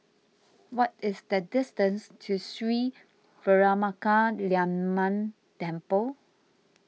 what is the distance to Sri Veeramakaliamman Temple